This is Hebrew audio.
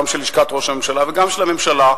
גם של לשכת ראש הממשלה וגם של הממשלה,